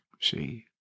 see